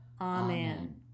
Amen